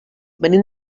venim